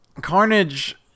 Carnage